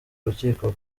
urukiko